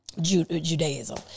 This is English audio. Judaism